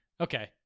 Okay